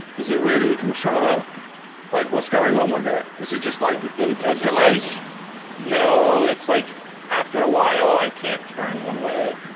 is it really a controller like what's going on with it is it just like input lace no, it's like after a while. i can't turn one way,